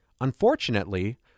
Unfortunately